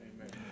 Amen